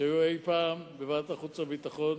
שהיו אי-פעם בוועדת החוץ והביטחון,